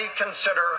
consider